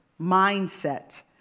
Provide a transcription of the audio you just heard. mindset